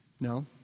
No